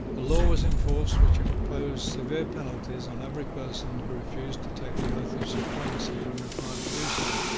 a law was in force which imposed severe penalties on every person who refused to take the oath of supremacy when required to do so.